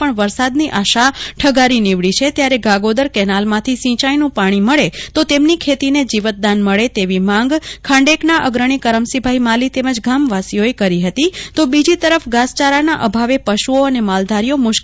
પણ વરસાદની આશા ઠગારી નીવડી છે ત્યારે ગાગોદર કેનાલમાંથી સિંચાઈનું પાણી મળે તો તેમની ખેતીને જીવતદાન મળે તેવી માંગ ખાંડેકના અગ્રણી કરમશીભાઈ માલી તેમજ ગામવાસીઓએ કરી હતી તો બીજી તરફ ધાસચારાના અભાવે પશુઓ અને માલધારીઓ મુશ્કેલી મુકાયા છે